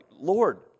Lord